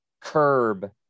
curb